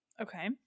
Okay